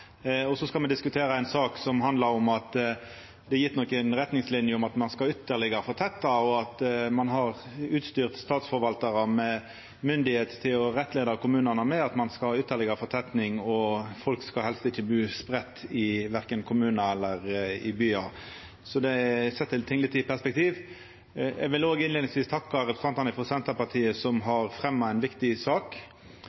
Så skal me diskutera ei sak som handlar om at det er gjeve nokre retningslinjer om at ein skal fortetta ytterlegare, og at ein har utstyrt statsforvaltarane med myndigheit til å rettleia kommunane med at ein skal ha ytterlegare fortetting, og at folk helst ikkje skal bu spreidd verken i kommunar eller i byar. Det set ting litt i perspektiv. Eg vil òg innleiingsvis takka representantane frå Senterpartiet som